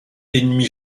ennemie